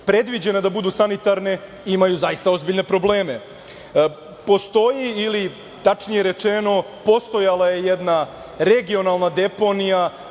predviđene da budu sanitarne imaju zaista ozbiljne probleme. Postoji, ili tačnije rečeno, postojala je jedna regionalna deponija